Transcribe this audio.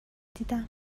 دیدم